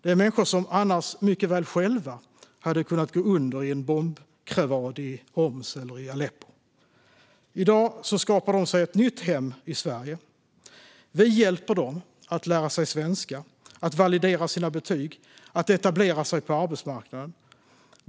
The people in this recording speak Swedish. Det är människor som annars mycket väl själva hade kunnat gå under i en bombkrevad i Homs eller Aleppo. I dag skapar de sig ett nytt hem i Sverige. Vi hjälper dem att lära sig svenska, att validera sina betyg och att etablera sig på arbetsmarknaden.